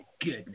goodness